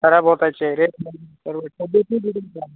खराब होत आहेत ते रेट नाही तर तब्येतही बिघडून चाल